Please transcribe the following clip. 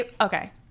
okay